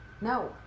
No